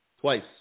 Twice